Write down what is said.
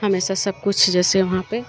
हमेशा सब कुछ जैसे वहाँ पर